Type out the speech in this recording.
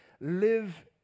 live